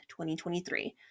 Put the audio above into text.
2023